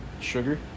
Sugar